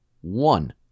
one